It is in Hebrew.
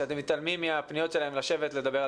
זה שאתם מתעלמים מהפניות שלהם לשבת ולדבר על